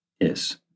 Yes